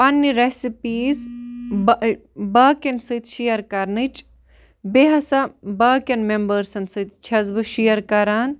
پنٛنہِ رَسِپیٖز باقِیَن سۭتۍ شیر کرنٕچ بیٚیہِ ہسا باقِیَن ممبٲرسَن سۭتۍ چھَس بہٕ شیر کران